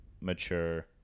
mature